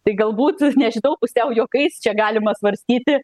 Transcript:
tai galbūt nežinau pusiau juokais čia galima svarstyti